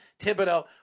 Thibodeau